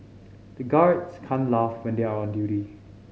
the guards can't laugh when they are on duty